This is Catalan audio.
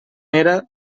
era